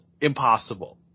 impossible